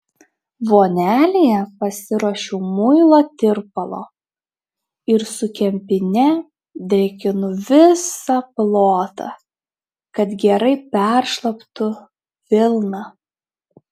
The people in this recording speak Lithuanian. vonelėje pasiruošiau muilo tirpalo ir su kempine drėkinu visą plotą kad gerai peršlaptų vilna